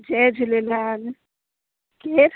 जय झूलेलाल केरु